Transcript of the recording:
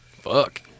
fuck